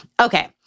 Okay